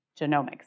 genomics